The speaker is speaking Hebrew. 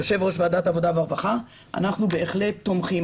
יושב-ראש ועדת העבודה והרווחה אנחנו בהחלט תומכים.